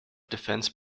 defense